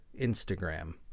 Instagram